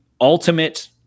ultimate